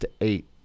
eight